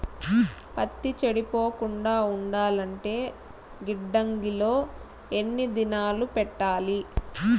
పత్తి చెడిపోకుండా ఉండాలంటే గిడ్డంగి లో ఎన్ని దినాలు పెట్టాలి?